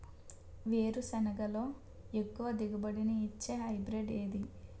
వేరుసెనగ లో ఎక్కువ దిగుబడి నీ ఇచ్చే హైబ్రిడ్ ఏది?